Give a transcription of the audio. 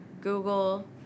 google